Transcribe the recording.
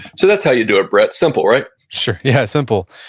so that's how you do it, brett. simple, right? sure. yeah, simple.